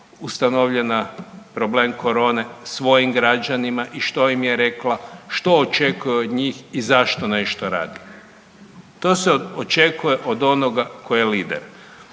ustanovljena problem korone svojim građanima i što im je rekla, što očekuje od njih i zašto nešto radi. To se očekuje od onoga tko je lider.